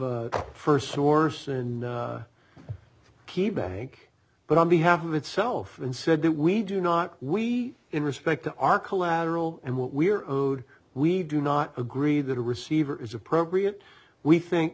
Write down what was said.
of first source and key bank but on behalf of itself and said that we do not we in respect of our collateral and what we are we do not agree that a receiver is appropriate we think